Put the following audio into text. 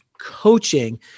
coaching